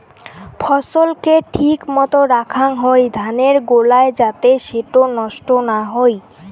ফছল কে ঠিক মতো রাখাং হই ধানের গোলায় যাতে সেটো নষ্ট না হই